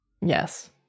Yes